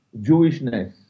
Jewishness